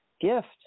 gift